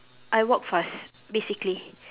I walk fast basically